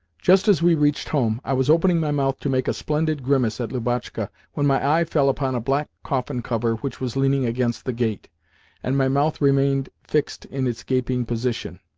just as we reached home, i was opening my mouth to make a splendid grimace at lubotshka when my eye fell upon a black coffin-cover which was leaning against the gate and my mouth remained fixed in its gaping position.